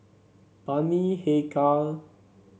Bani Haykal